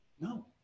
No